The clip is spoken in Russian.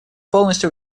полностью